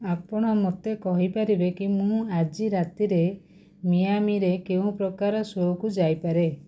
ଆପଣ ମୋତେ କହିପାରିବେ କି ମୁଁ ଆଜି ରାତିରେ ମିଆମିରେ କେଉଁ ପ୍ରକାର ଶୋ'କୁ ଯାଇପାରେ